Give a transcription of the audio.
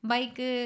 Bike